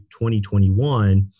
2021